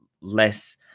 less